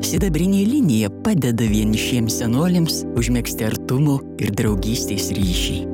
sidabrinė linija padeda vienišiems senoliams užmegzti artumo ir draugystės ryšį